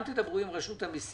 תדברו גם עם רשות המסים